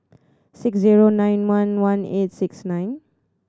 six zero nine one one eight six nine